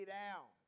down